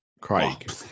Craig